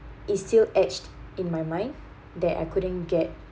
is still etched in my mind that I couldn't get